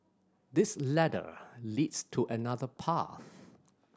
this ladder leads to another path